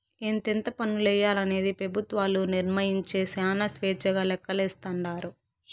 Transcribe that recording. ఎంతెంత పన్నులెయ్యాలనేది పెబుత్వాలు నిర్మయించే శానా స్వేచ్చగా లెక్కలేస్తాండారు